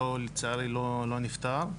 לצערי לא נפתר,